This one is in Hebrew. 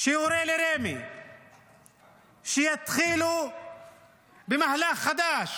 שיורה לרמ"י שיתחילו במהלך חדש